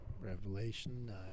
Revelation